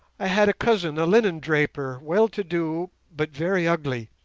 i had a cousin a linen-draper, well-to-do, but very ugly.